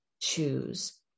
choose